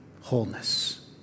wholeness